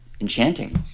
enchanting